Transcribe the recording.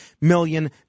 million